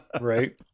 Right